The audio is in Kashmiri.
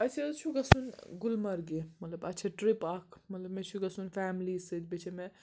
اَسہِ حظ چھُ گژھُن گُلمَرگہِ مطلب اَسہِ چھِ ٹِرٛپ اَکھ مطلب مےٚ چھُ گژھُن فیٚملی سۭتۍ بیٚیہِ چھےٚ مےٚ